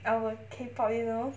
our K pop you know